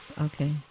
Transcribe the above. okay